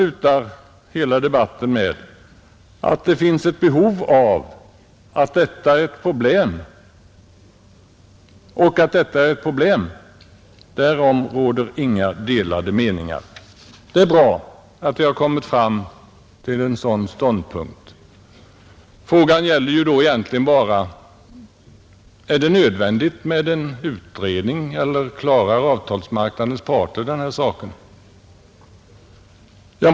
Och herr Dahlberg slutade debatten med att säga: ”Att det finns ett behov, och att detta är ett problem, därom råder inga delade meningar.” Det är bra att vi har kommit fram till den ståndpunkten. Då gäller frågan egentligen bara om det är nödvändigt med en utredning eller om avtalsmarknadens parter klarar denna sak.